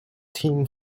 team